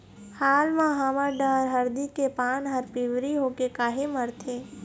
हाल मा हमर डहर हरदी के पान हर पिवरी होके काहे मरथे?